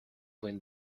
when